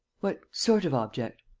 what sort of object?